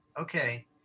Okay